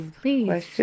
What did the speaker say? please